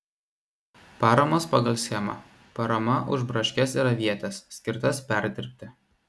paramos pagal schemą parama už braškes ir avietes skirtas perdirbti